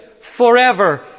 forever